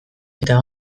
eta